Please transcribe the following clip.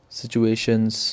situations